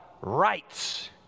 rights